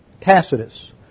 Tacitus